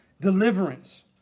deliverance